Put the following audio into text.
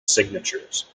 signatures